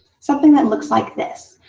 something that looks like this.